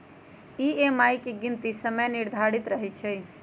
EMI के गीनती समय आधारित रहै छइ